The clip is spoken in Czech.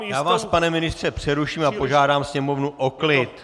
Já vás, pane ministře, přeruším a požádám Sněmovnu o klid.